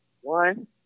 One